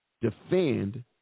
defend